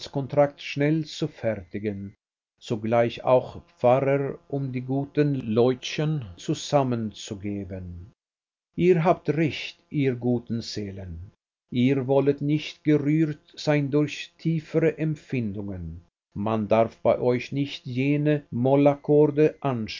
heiratskontrakt schnell zu fertigen zugleich auch pfarrer um die guten leutchen zusammenzugeben ihr habt recht ihr guten seelen ihr wollet nicht gerührt sein durch tiefere empfindungen man darf bei euch nicht jene mollakkorde